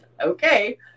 okay